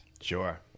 Sure